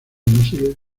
misiles